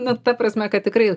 na ta prasme kad tikrai